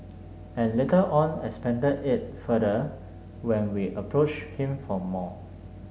and later on expanded it further when we approached him for more